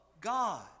God